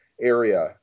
area